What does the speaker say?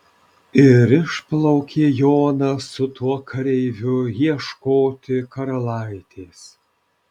ir išplaukė jonas su tuo kareiviu ieškoti karalaitės